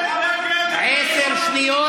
--- עשר שניות.